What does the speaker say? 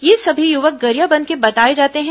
ये सभी युवक गरियाबंद के बताए जाते हैं